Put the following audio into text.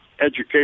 education